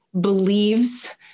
believes